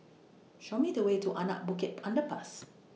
Show Me The Way to Anak Bukit Underpass